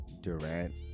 Durant